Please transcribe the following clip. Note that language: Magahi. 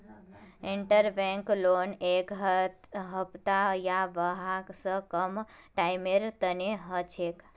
इंटरबैंक लोन एक हफ्ता या वहा स कम टाइमेर तने हछेक